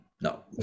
No